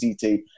CT